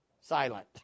silent